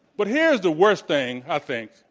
but here is the worst thing, i think,